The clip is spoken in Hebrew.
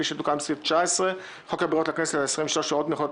כפי שתוקן בסעיף 19 לחוק הבחירות לכנסת ה-23 (הוראות מיוחדות),